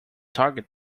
target